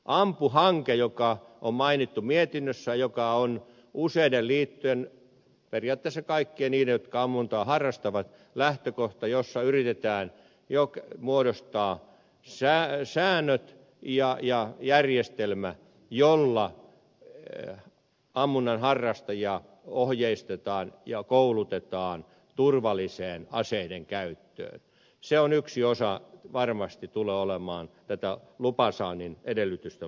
ampu hanke joka on mainittu mietinnössä ja joka on useiden liittojen periaatteessa kaikkien niiden jotka ammuntaa harrastavat lähtökohta jossa yritetään muodostaa säännöt ja järjestelmä jolla ammunnan harrastajia ohjeistetaan ja koulutetaan turvalliseen aseiden käyttöön tulee olemaan varmasti yksi osa tätä luvan saannin edellytysten luomista